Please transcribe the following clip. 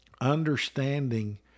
understanding